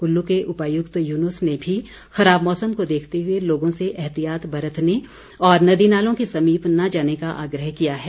कुल्लू के उपायुक्त युनुस ने भी खराब मौसम को देखते हुए लोगों से एहतियात बरतने और नदी नालों के समीप न जाने का आग्रह किया है